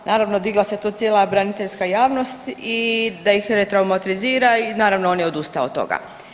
Naravno digla se to cijela braniteljska javnosti i da ih re traumatizira i naravno on je odustao od toga.